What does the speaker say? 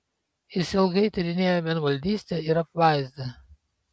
jis ilgai tyrinėjo vienvaldystę ir apvaizdą